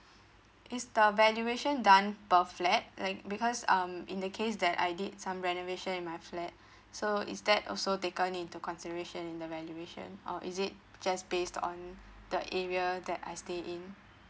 is valuation done per flat like because um in the case that I did some renovation in my flat so is that also taken into consideration in the valuation or is it just based on the area that I stay in